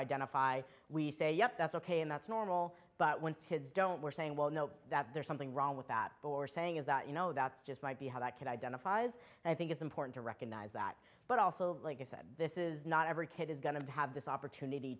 identify we say yup that's ok and that's normal but once his don't we're saying well know that there's something wrong with that or saying is that you know that's just might be how that kid identifies and i think it's important to recognize that but also like i said this is not every kid is going to have this opportunity